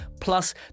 plus